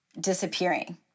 disappearing